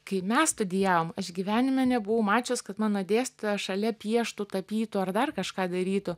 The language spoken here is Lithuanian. kai mes studijavom aš gyvenime nebuvau mačius kad mano dėstytoja šalia pieštų tapytų ar dar kažką darytų